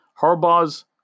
Harbaugh's